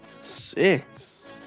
Six